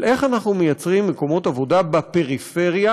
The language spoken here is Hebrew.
איך אנחנו מייצרים מקומות עבודה בפריפריה,